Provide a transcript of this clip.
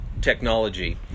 technology